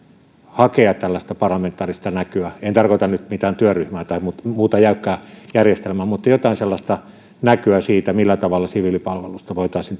hakea tällaista parlamentaarista näkyä en tarkoita nyt mitään työryhmää tai muuta jäykkää järjestelmää mutta jotain sellaista näkyä siitä millä tavalla siviilipalvelusta voitaisiin